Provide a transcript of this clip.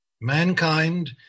Mankind